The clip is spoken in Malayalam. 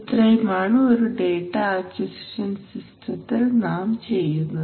ഇത്രയും ആണ് ഒരു ഡേറ്റ അക്വിസിഷൻ സിസ്റ്റത്തിൽ നാം ചെയ്യുന്നത്